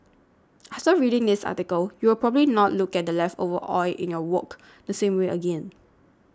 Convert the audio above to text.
after reading this article you will probably not look at the leftover oil in your wok the same way again